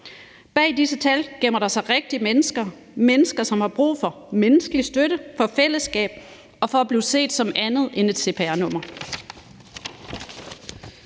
Bag disse tal gemmer der sig rigtige mennesker, mennesker, som har brug for menneskelig støtte fra et fællesskab og for at blive set som andet end et cpr-nummer.